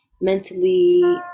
mentally